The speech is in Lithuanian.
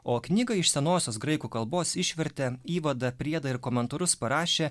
o knygą iš senosios graikų kalbos išvertė įvadą priedą ir komentarus parašė